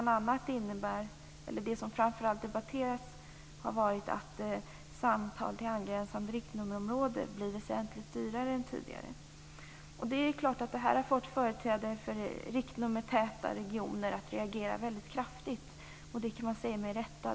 Det som har debatterats har varit att samtal till angränsande riktnummerområden blir väsentligt dyrare än tidigare. Det har fått företrädare för riktnummertäta regioner att reagera kraftigt - och det med rätta.